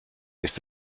ist